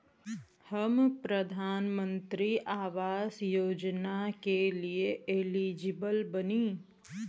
हम प्रधानमंत्री आवास योजना के लिए एलिजिबल बनी?